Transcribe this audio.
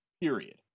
Period